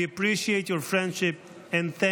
we appreciate your friendship and thank